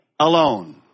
Alone